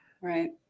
right